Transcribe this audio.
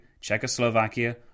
Czechoslovakia